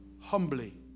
humbly